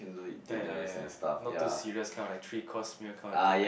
eh not too serious kind of like three course meal kind of thing ah